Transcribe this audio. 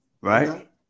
right